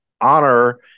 honor